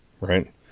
Right